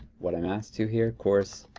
what i'm asked to here. course